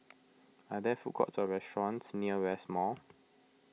are there food courts or restaurants near West Mall